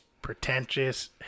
Pretentious